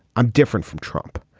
i'm different from trump.